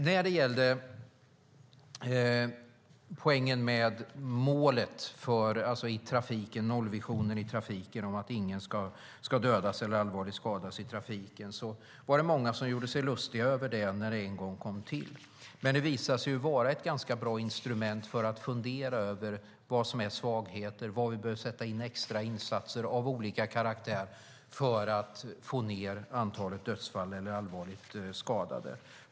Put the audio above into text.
När det gäller nollvisionen i trafiken om att ingen ska dödas eller skadas allvarligt i trafiken var det många som gjorde sig lustiga över den när den en gång infördes. Men det visade sig ju vara ett ganska bra instrument för att fundera över vilka svagheter det finns och var man behöver sätta in extrainsatser av olika karaktär för att få ned antalet dödsfall eller allvarligt skadade.